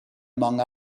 among